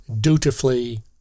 dutifully